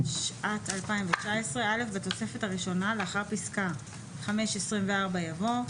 התשע"ט-2019 בתוספת הראשונה לאחר פסקה 5(24) יבוא: